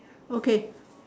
okay